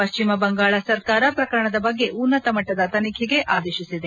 ಪಶ್ಚಿಮ ಬಂಗಾಳ ಸರ್ಕಾರ ಪ್ರಕರಣದ ಬಗ್ಗೆ ಉನ್ನತ ಮಟ್ನದ ತನಿಖೆಗೆ ಆದೇಶಿಸಿದೆ